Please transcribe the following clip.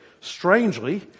strangely